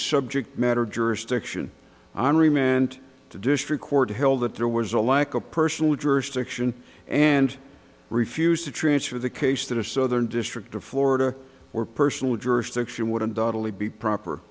subject matter jurisdiction i remained to district court held that there was a lack of personal jurisdiction and refused to transfer the case that a southern district of florida or personal jurisdiction would undoubtedly be proper